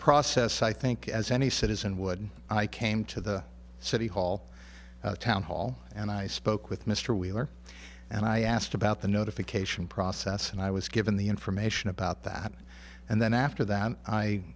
process i think as any citizen would i came to the city hall town hall and i spoke with mr wheeler and i asked about the notification process and i was given the information about that and then after that i